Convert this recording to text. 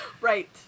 Right